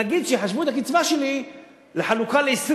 נגיד שיחשבו את הקצבה שלי לחלוקה ל-20